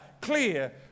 clear